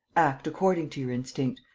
act according to your instinct.